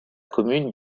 commune